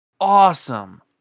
awesome